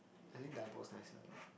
I think double is nicer though